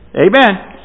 Amen